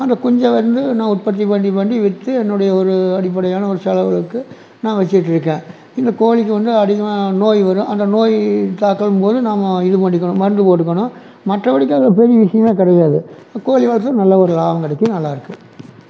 அந்த குஞ்சை வந்து நான் உற்பத்தி பண்ணி பண்ணி விற்று என்னுடைய ஒரு அடிப்படையான ஒரு செலவுக்கு நான் வச்சிக்கிட்ருக்கேன் இந்த கோழிக்கு வந்து அதிகமாக நோய் வரும் அந்த நோய் தாக்கும் போது நம்ம இது பண்ணிக்கணும் மருந்து போட்டுக்கணும் மற்றப்படிக்கு அது ஒரு பெரிய விஷயமே கிடையாது கோழி வளர்த்துறதுல நல்ல ஒரு லாபம் கிடைக்கும் நல்லா இருக்கு